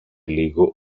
λίγο